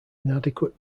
inadequate